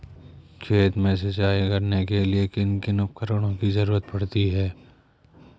खेत में सिंचाई करने के लिए किन किन उपकरणों की जरूरत पड़ती है?